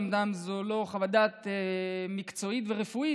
אומנם זו לא חוות דעת מקצועית ורפואית,